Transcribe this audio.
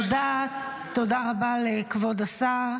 תודה רבה לכבוד השר.